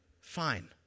fine